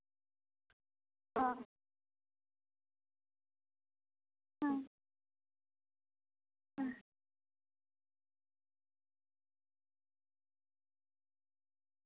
ᱚ ᱦᱩᱸ ᱦᱩᱸ